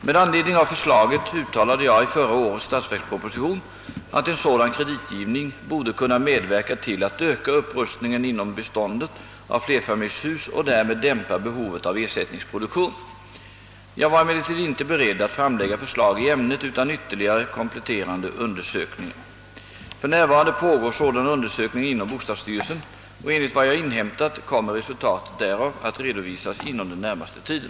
Med anledning av förslaget uttalade jag i förra årets statsverksproposition att en sådan kreditgivning borde kunna medverka till att öka upprustningen inom beståndet av flerfamiljshus och därmed dämpa behovet av ersättningsproduktion. Jag var emellertid inte beredd att framlägga förslag i ämnet utan ytterligare kompletterande undersökningar. För närvarande pågår sådana undersökningar inom bostadsstyrelsen och enligt vad jag har inhämtat kommer resultatet därav att redovisas inom den närmaste tiden.